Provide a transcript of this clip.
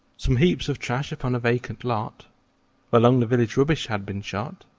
some heaps of trash upon a vacant lot where long the village rubbish had been shot